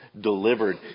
delivered